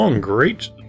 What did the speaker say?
great